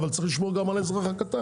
אבל צריך לשמור גם על האזרח הקטן.